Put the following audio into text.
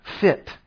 fit